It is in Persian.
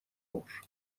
نور